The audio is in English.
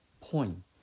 point